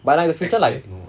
but like the actual like